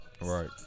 Right